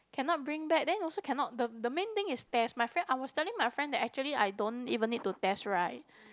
cannot bring bag then also cannot the the main thing is test my friend I was telling my friend that actually I don't even need to test ride